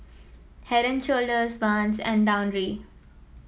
Head And Shoulders Vans and Downy